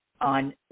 on